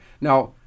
Now